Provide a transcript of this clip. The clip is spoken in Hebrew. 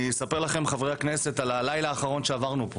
אני אספר לכם על הלילה האחרון שעברנו פה: